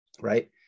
right